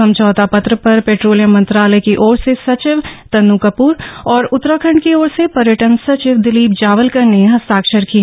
समझौता पत्र पर पेट्रोलियम मंत्रालय की ओर से सचिव तन्नू कपूर और उत्तराखण्ड की ओर से पर्यटन सचिव दिलीप जावलकर ने हस्ताक्षर किए